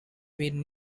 been